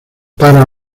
para